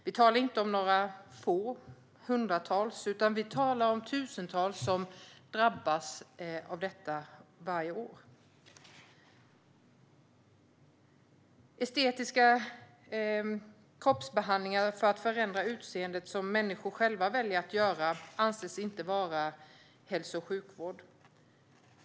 Vi talar inte om några få hundratal utan om tusentals som drabbas varje år. Estetiska kroppsbehandlingar för att förändra utseendet som människor själva väljer att göra anses inte vara hälso och sjukvård.